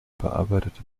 bearbeitete